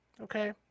okay